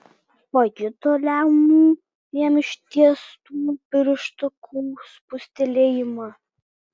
pajuto liaunų jam ištiestų pirštukų spustelėjimą